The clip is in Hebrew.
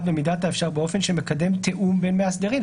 במידת האפשר באופן שמקדם תיאום בין מאסדרים.